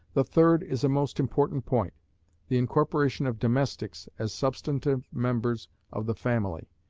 the third is a most important point the incorporation of domestics as substantive members of the family.